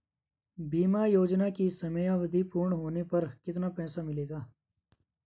बीमा योजना की समयावधि पूर्ण होने पर कितना पैसा मिलेगा?